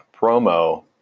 promo